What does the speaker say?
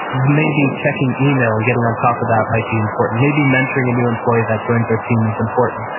maybe checking email and getting on top of that might be important. maybe mentoring a new employee that joins our team is important.